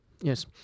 Yes